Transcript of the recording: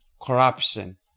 corruption